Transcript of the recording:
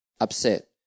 upset